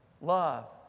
love